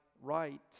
right